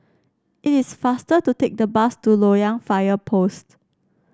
it is faster to take the bus to Loyang Fire Post